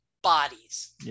bodies